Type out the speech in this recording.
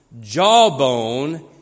Jawbone